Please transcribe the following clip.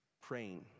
praying